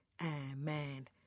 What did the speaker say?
amen